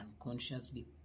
unconsciously